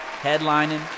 headlining